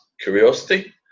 curiosity